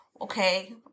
okay